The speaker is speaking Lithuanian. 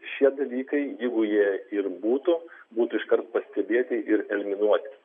šie dalykai jeigu jie ir būtų būtų iškart pastebėti ir eliminuoti